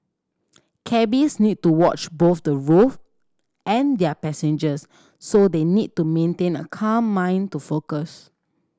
cabbies need to watch both the and their passengers so they need to maintain a calm mind to focus